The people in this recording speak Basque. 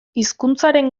hizkuntzaren